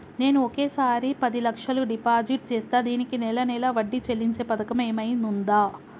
నేను ఒకేసారి పది లక్షలు డిపాజిట్ చేస్తా దీనికి నెల నెల వడ్డీ చెల్లించే పథకం ఏమైనుందా?